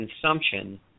consumption